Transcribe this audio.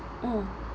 mm